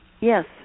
Yes